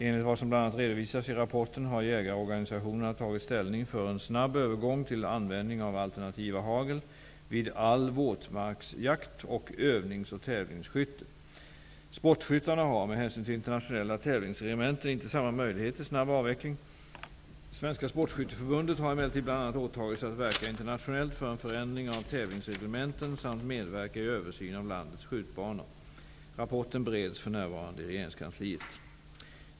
Enligt vad som bl.a. redovisas i rapporten har jägarorganisationerna tagit ställning för en snabb övergång till användning av alternativa hagel vid all våtmarksjakt och övnings och tävlingsskytte. Sportskyttarna har, med hänsyn till internationella tävlingsreglementen, inte samma möjlighet till snabb avveckling. Svenska sportskytteförbundet har emellertid bl.a. åtagit sig att verka internationellt för en förändring av tävlingsreglementen samt medverka i översyn av landets skjutbanor. Rapporten bereds för närvarande i regeringskansliet.